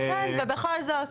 כן, ובכל זאת.